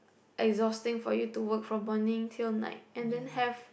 exhausting for you to work from morning till night and then have